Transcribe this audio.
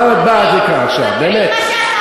מה את באה לכאן עכשיו, באמת.